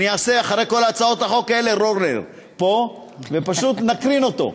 אני אעשה אחרי כל הצעות החוק האלה "רולר" פה ופשוט נקרין אותו.